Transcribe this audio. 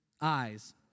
eyes